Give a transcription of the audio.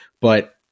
But-